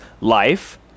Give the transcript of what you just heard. life